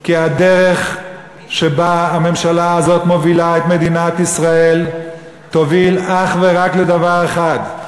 כי הדרך שבה הממשלה הזאת מובילה את מדינת ישראל תוביל אך ורק לדבר אחד.